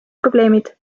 probleemid